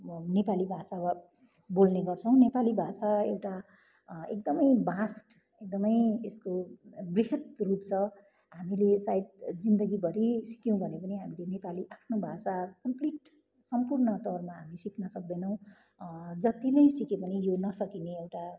नेपाली भाषा वा बोल्ने गर्छौ नेपाली भाषा एउटा एकदमै भास्ट एकदमै यसको बृहत् रूप छ हामीले सायद जिन्दगीभरि सिक्यौँ भने पनि हामीले नेपाली आफ्नो भाषा कम्प्लिट सम्पूर्ण तौरमा हामी सिक्न सक्दैनौँ जति नै सिके पनि यो नसकिने एउटा